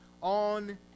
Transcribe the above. on